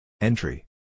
Entry